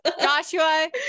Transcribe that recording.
Joshua